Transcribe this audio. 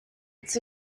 its